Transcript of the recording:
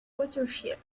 watershed